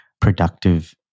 productive